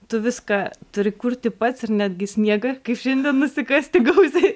tu viską turi kurti pats ir netgi sniegą kaip šiandien nusikasti gausiai